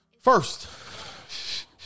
First